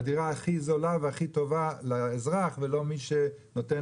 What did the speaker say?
הדירה הכי זולה והכי טובה לאזרח ולא מי שנותן